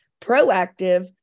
proactive